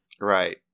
Right